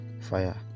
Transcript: fire